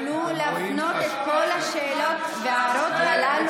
תוכלו להפנות את כל השאלות וההערות הללו,